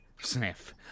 Sniff